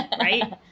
right